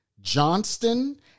Johnston